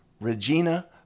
Regina